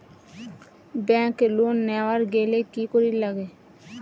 Bank loan নেওয়ার গেইলে কি করীর নাগে?